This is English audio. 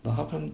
but how come